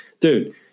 dude